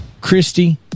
Christy